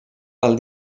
del